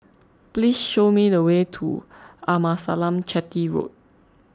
please show me the way to Amasalam Chetty Road